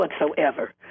whatsoever